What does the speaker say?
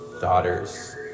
daughters